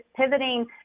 pivoting